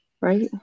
right